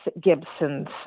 Gibson's